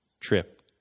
trip